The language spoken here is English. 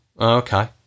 Okay